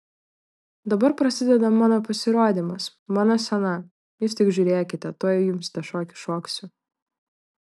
dabar prasideda mano pasirodymas mano scena jūs tik žiūrėkite tuoj jums tą šokį šoksiu